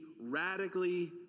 radically